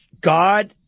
God